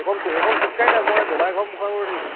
সেইকণ সেইকণ খোজ কাঢ়ি দে মই দদাইৰ ঘৰৰ মুখৰ আগত ৰৈ থাকিম